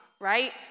right